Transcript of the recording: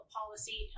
policy